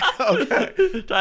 Okay